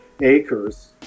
acres